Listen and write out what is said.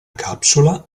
capsula